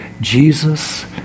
Jesus